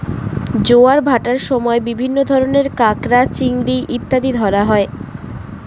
জোয়ার ভাটার সময় বিভিন্ন ধরনের কাঁকড়া, চিংড়ি ইত্যাদি ধরা হয়